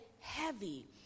heavy